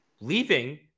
leaving